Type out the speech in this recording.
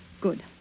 Good